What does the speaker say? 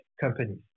companies